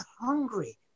hungry